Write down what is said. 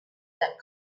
that